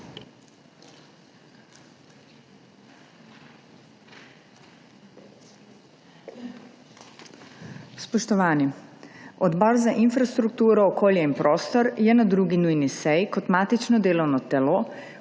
Spoštovani! Odbor za infrastrukturo, okolje in prostor je na 2. nujni seji kot matično delovno telo